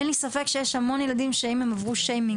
אין לי ספק שיש המון ילדים שעברו שיימינג,